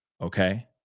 okay